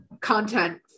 content